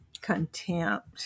contempt